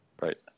Right